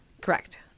Correct